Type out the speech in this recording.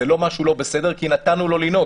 זה לא משהו לא בסדר כי נתנו לו לנהוג.